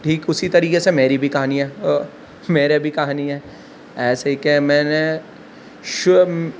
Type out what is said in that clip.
ٹھیک اسی طریقے سے میری بھی کہانی ہے میرے بھی کہانی ہے ایسے کہ میں نے شوب